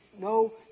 No